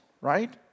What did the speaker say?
right